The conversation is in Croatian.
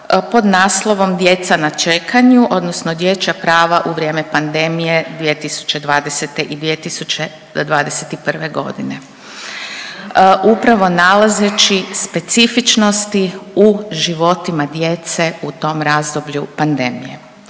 pod naslovom djeca na čekanju odnosno dječja prava u vrijeme pandemije 2020. i 2021. godine upravo nalazeći specifičnosti u životima djece u tom razdoblju pandemije.